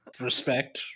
respect